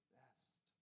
best